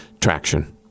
traction